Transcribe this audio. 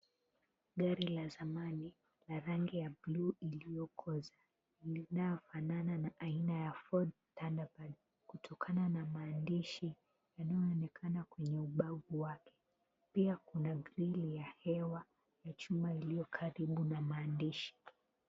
Gari la zamani la rangi ya blue iliyokoza linayofanana aina ya Ford Tandapad kutokana na maandishi yanayoonekana kwenye ubavu wake. Pia kuna grill ya hewa ya chuma iliyo karibu na maandishi.